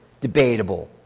debatable